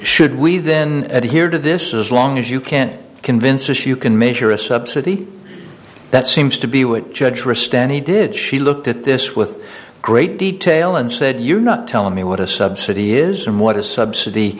should we then adhere to this as long as you can't convince us you can measure a subsidy that seems to be what judge or a stan he did she looked at this with great detail and said you're not telling me what a subsidy is and what a subsidy